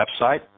website